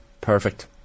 perfect